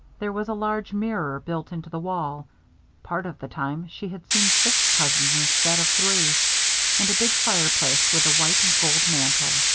there was a large mirror built into the wall part of the time she had seen six cousins instead of three and a big fireplace with a white-and-gold mantel.